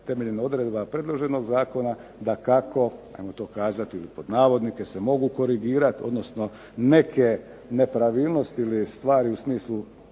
temeljem odredbi predloženog zakona dakako ajmo to kazati "se mogu korigirati" odnosno neke nepravilnosti ili stvari u smislu